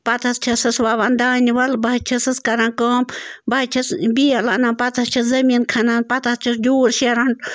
پتہٕ حظ چھَسَس وَوان دانہِ وَل بہٕ حظ چھَسَس کَران کٲم بہٕ حظ چھَس بیل اَنان پتہٕ حظ چھَس زمیٖن کھنان پتہٕ حظ چھَس ڈوٗر شیران